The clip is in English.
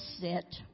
sit